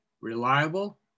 reliable